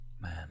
Man